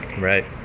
Right